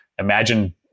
Imagine